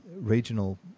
regional